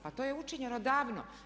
Pa to je učinjeno davno.